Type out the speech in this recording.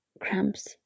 cramps